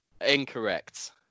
Incorrect